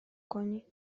کنی